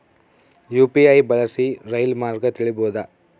UPI ಬಳಸಿ ರೈಲು ಮಾರ್ಗ ತಿಳೇಬೋದ?